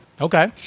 Okay